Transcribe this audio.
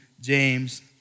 James